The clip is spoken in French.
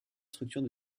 structures